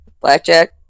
Blackjack